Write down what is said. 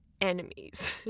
enemies